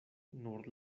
nur